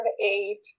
eight